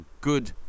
good